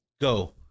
go